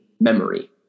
memory